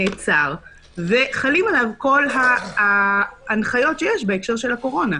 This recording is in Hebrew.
נעצר וחלות עליו כל ההנחיות שיש בהקשר של הקורונה.